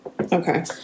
okay